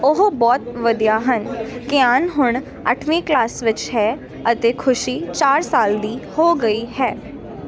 ਉਹ ਬਹੁਤ ਵਧੀਆ ਹਨ ਕੀਆਨ ਹੁਣ ਅੱਠਵੀਂ ਕਲਾਸ ਵਿੱਚ ਹੈ ਅਤੇ ਖੁਸ਼ੀ ਚਾਰ ਸਾਲ ਦੀ ਹੋ ਗਈ ਹੈ